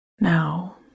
Now